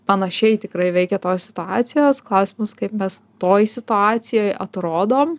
panašiai tikrai veikia tos situacijos klausimas kaip mes toj situacijoj atrodom